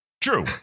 True